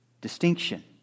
distinction